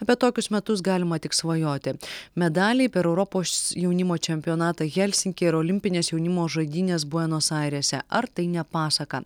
apie tokius metus galima tik svajoti medaliai per europos jaunimo čempionatą helsinkyje ir olimpinės jaunimo žaidynės buenos airėse ar tai ne pasaka